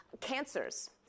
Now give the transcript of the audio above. cancers